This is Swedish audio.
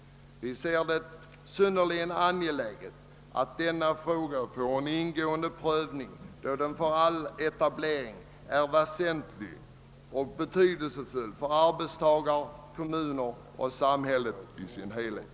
Vi ser det som synnerligen angeläget att denna fråga får en ingående prövning. När det gäller all etablering är den nämligen väsentlig och betydelsefull för arbetstagare, kommuner och samhället i dess helhet.